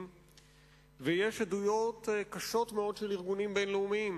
ויש עדויות קשות מאוד של ארגונים בין-לאומיים.